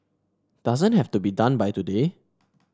doesn't have to be done by today